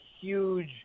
huge